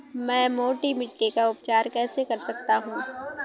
मैं मोटी मिट्टी का उपचार कैसे कर सकता हूँ?